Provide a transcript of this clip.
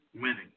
winning